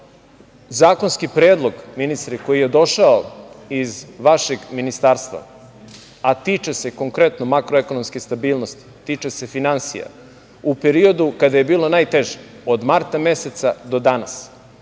zakonski predlog, ministre, koji je došao iz vašeg ministarstva, a tiče se konkretno makroekonomske stabilnosti, tiče se finansija, u periodu kada je bilo najteže od marta meseca do danas